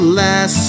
less